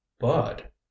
But